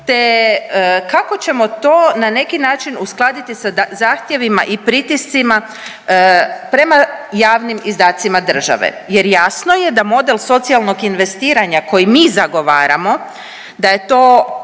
te kako ćemo to na neki način uskladiti sa zahtjevima i pritiscima prema javnim izdacima države jer jasno je da model socijalnog investiranja koji mi zagovaramo da je to